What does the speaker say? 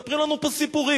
מספרים לנו פה סיפורים.